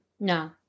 No